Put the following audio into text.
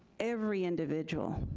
every individual